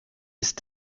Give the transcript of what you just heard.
ist